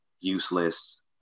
useless